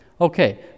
Okay